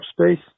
space